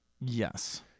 Yes